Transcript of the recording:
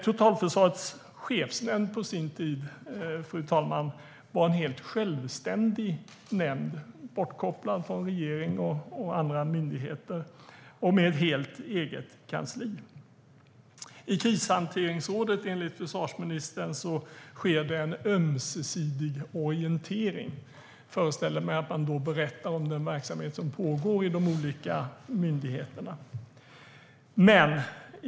Totalförsvarets chefsnämnd var på sin tid, fru talman, en helt självständig nämnd, bortkopplad från regering och andra myndigheter och med ett helt eget kansli. I Krishanteringsrådet sker det, enligt försvarsministern, en ömsesidig orientering. Jag föreställer mig att man då berättar om den verksamhet som pågår i de olika myndigheterna.